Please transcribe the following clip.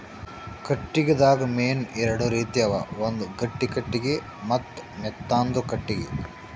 ಕಟ್ಟಿಗಿದಾಗ್ ಮೇನ್ ಎರಡು ರೀತಿ ಅವ ಒಂದ್ ಗಟ್ಟಿ ಕಟ್ಟಿಗಿ ಮತ್ತ್ ಮೆತ್ತಾಂದು ಕಟ್ಟಿಗಿ